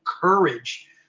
courage